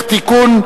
(תיקון,